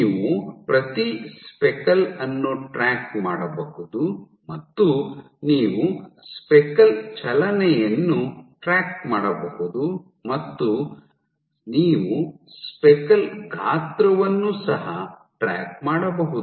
ನೀವು ಪ್ರತಿ ಸ್ಪೆಕಲ್ ಅನ್ನು ಟ್ರ್ಯಾಕ್ ಮಾಡಬಹುದು ಮತ್ತು ನೀವು ಸ್ಪೆಕಲ್ ಚಲನೆಯನ್ನು ಟ್ರ್ಯಾಕ್ ಮಾಡಬಹುದು ಮತ್ತು ನೀವು ಸ್ಪೆಕಲ್ ಗಾತ್ರವನ್ನು ಸಹ ಟ್ರ್ಯಾಕ್ ಮಾಡಬಹುದು